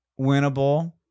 winnable